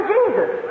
Jesus